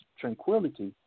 tranquility